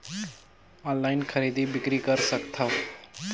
Online खरीदी बिक्री कर सकथव?